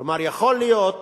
כלומר, יכול להיות